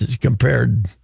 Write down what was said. compared